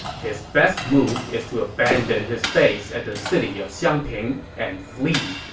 his best move is to abandon his base at the city of xiangping and flee.